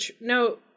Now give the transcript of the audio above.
no